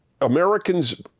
Americans